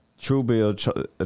Truebill